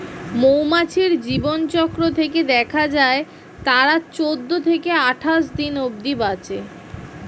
মৌমাছির জীবনচক্র থেকে দেখা যায় তারা চৌদ্দ থেকে আটাশ দিন অব্ধি বাঁচে